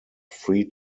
free